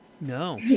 No